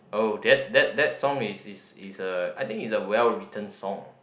oh that that that song is is is uh I think it's a well written song